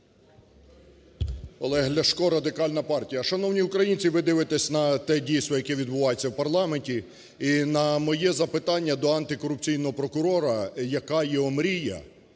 Олег Ляшко, Радикальна партія. Шановні українці, ви дивитесь на те дійство, яке відбувається в парламенті, і на моє запитання до антикорупційного прокурора, яка його мрія.